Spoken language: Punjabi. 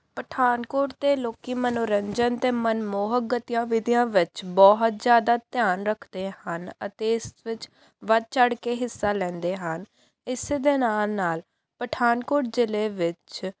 ਪਠਾਨਕੋਟ ਦੇ ਲੋਕ ਮਨੋਰੰਜਨ ਅਤੇ ਮਨਮੋਹਕ ਗਤੀਆਂ ਵਿਧੀਆਂ ਵਿੱਚ ਬਹੁਤ ਜ਼ਿਆਦਾ ਧਿਆਨ ਰੱਖਦੇ ਹਨ ਅਤੇ ਇਸ ਵਿੱਚ ਵੱਧ ਚੜ ਕੇ ਹਿੱਸਾ ਲੈਂਦੇ ਹਨ ਇਸ ਦੇ ਨਾਲ ਨਾਲ ਪਠਾਨਕੋਟ ਜ਼ਿਲ੍ਹੇ ਵਿੱਚ